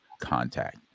contact